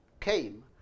came